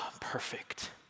perfect